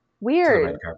Weird